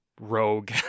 rogue